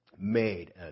made